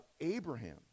Abraham